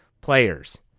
players